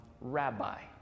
rabbi